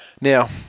Now